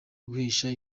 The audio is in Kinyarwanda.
guhesha